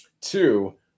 Two